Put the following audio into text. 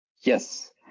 Yes